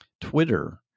Twitter